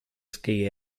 ski